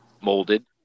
molded